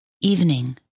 Evening